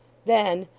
then,